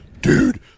Dude